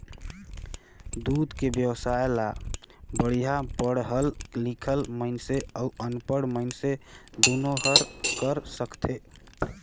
दूद के बेवसाय ल बड़िहा पड़हल लिखल मइनसे अउ अनपढ़ मइनसे दुनो हर कर सकथे